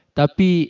tapi